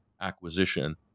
acquisition